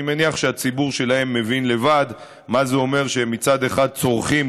אני מניח שהציבור שלהם מבין לבד מה זה אומר שמצד אחד הם צורחים